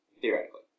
Theoretically